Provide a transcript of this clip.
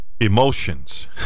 Emotions